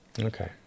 okay